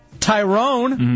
Tyrone